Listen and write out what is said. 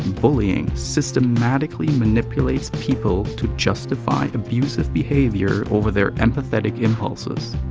bullying systematically manipulates people to justify abusive behavior over their empathetic impulses.